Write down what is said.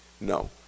no